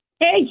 Hey